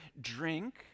drink